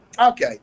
Okay